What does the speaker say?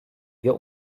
wir